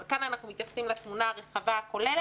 אבל כאן אנחנו מתייחסים לתמונה הרחבה הכוללת.